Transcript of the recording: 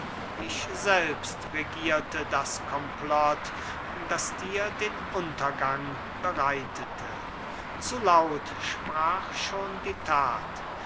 ich selbst regierte das komplott das dir den untergang bereitete zu laut sprach schon die tat